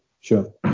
sure